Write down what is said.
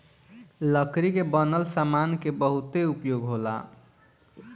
लकड़ी के बनल सामान के बहुते उपयोग होला